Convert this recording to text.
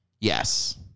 Yes